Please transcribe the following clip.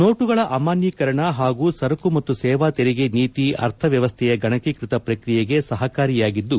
ನೋಟುಗಳ ಅಮಾನ್ಬೀಕರಣ ಹಾಗೂ ಸರಕು ಮತ್ತು ಸೇವಾ ತೆರಿಗೆ ನೀತಿ ಅರ್ಥವ್ತವಸ್ಥೆಯ ಗಣಕೀಕೃತ ಪ್ರಕ್ರಿಯೆಗೆ ಸಹಕಾರಿಯಾಗಿದ್ದು